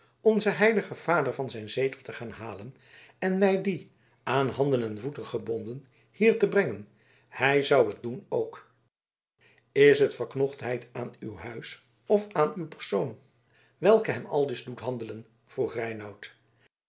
onzen heiligen vader van zijn zetel te gaan halen en mij dien aan handen en voeten gebonden hier te brengen hij zou het doen ook is het verknochtheid aan uw huis of aan uw persoon welke hem aldus doet handelen vroeg